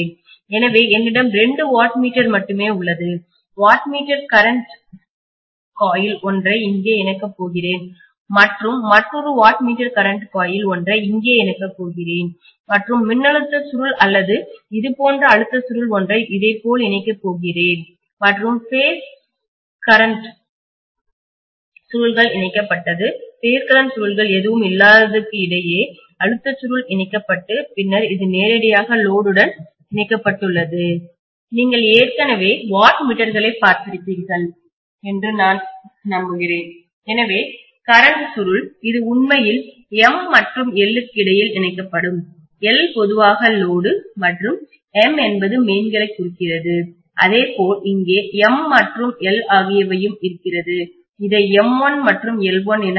எனவே என்னிடம் 2 watt meter மட்டுமே உள்ளது வாட் மீட்டர் கரண்ட் காயில்சுருள் ஒன்றை இங்கே இணைக்கப் போகிறேன் மற்றும் மற்றொரு வாட் மீட்டர் கரண்ட் காயில்சுருள் ஒன்றை இங்கே இணைக்கப் போகிறேன் மற்றும் மின்னழுத்த சுருள் அல்லது இது போன்ற அழுத்த சுருள் ஒன்றை இதைப்போல் இணைக்கப் போகிறேன் மற்றும் பேஸ் கரண்ட் சுருள்கள் இணைக்கப்பட்டது பேஸ் கரண்ட் சுருள்கள் எதுவும் இல்லாததுக்கு இடையே அழுத்த சுருள் இணைக்கப்பட்டு பின்னர் இது நேரடியாக லோடுடன் இணைக்கப்பட்டுள்ளது நீங்கள் ஏற்கனவே வாட் மீட்டர்களைப் பார்த்திருப்பீர்கள் என்று நான் நம்புகிறேன் எனவே கரண்ட் சுருள் இது உண்மையில் M மற்றும் L க்கு இடையில் இணைக்கப்படும் L பொதுவாக இது லோடு மற்றும் M என்பது மெயின்களைக் குறிக்கிறது அதேபோல் இங்கே M மற்றும் L ஆகியவையும் இருக்கிறது இதை M1 மற்றும் L1 என அழைக்கவும்